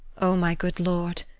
o, my good lord,